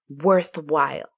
worthwhile